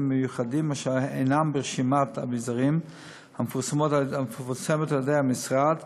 מיוחדים אשר אינם ברשימת האביזרים המפורסמת על-ידי המשרד,